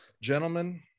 Gentlemen